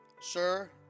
sir